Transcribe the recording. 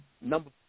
number